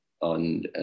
on